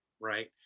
right